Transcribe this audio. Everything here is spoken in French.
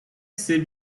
sait